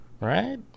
Right